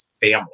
family